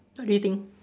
what do you think